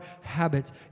habits